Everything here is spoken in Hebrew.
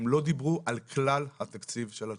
הם לא דיברו על כלל התקציב של הלשכות.